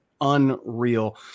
unreal